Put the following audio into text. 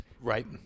Right